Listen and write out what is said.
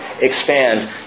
expand